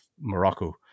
Morocco